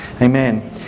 Amen